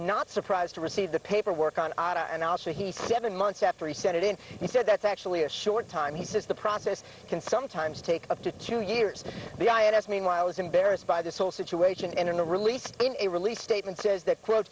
not surprised to receive the paperwork on and also he seven months after he said it in he said that's actually a short time he says the process can sometimes take up to two years the ins meanwhile is embarrassed by this whole situation and in the release in a release statement says that quote